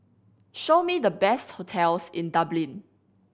show me the best hotels in Dublin